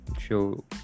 show